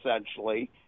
essentially